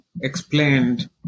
explained